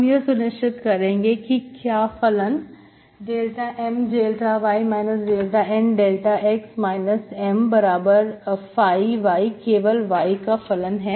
हम यह सुनिश्चित करेंगे कि क्या फलन ∂M∂y ∂N∂x Mϕ केवल y का फलन है